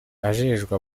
ajejwe